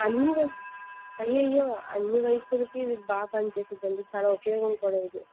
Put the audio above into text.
అన్నీ వయసు అయ్యయ్యో అన్ని వయసులకు ఇది బాగా పనిచేస్తుంది అండి చాలా ఉపయోగం కూడా ఇది